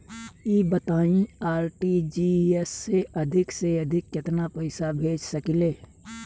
ई बताईं आर.टी.जी.एस से अधिक से अधिक केतना पइसा भेज सकिले?